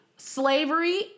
Slavery